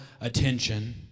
attention